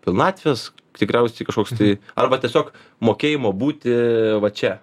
pilnatvės tikriausiai kažkoks tai arba tiesiog mokėjimo būti va čia